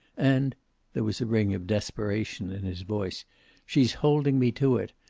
and there was a ring of desperation in his voice she's holding me to it.